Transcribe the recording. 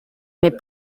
mais